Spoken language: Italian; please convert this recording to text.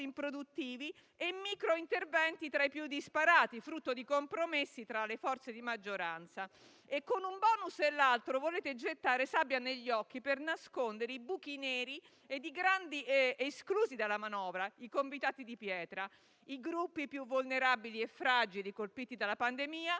improduttivi e microinterventi tra i più disparati, frutto di compromessi tra le forze di maggioranza e, un *bonus* dopo l'altro, volete gettare sabbia negli occhi per nascondere i buchi neri ed i grandi esclusi dalla manovra, i convitati di pietra, i gruppi più vulnerabili e fragili colpiti dalla pandemia,